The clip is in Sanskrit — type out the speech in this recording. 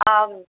आम्